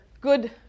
good